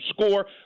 score